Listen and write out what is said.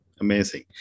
Amazing